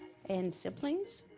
and siblings?